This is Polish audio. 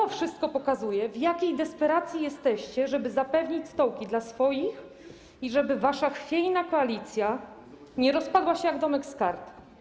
To wszystko pokazuje, w jakiej desperacji jesteście, żeby zapewnić stołki swoim ludziom i żeby wasza chwiejna koalicja nie rozpadła się jak domek z kart.